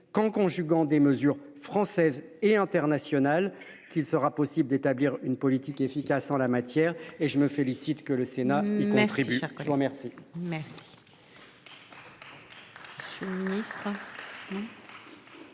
qu'en conjuguant des mesures françaises et internationales qu'il sera possible d'établir une politique efficace en la matière et je me félicite que le Sénat contribue Marc, je vous remercie.